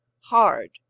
hard